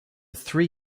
three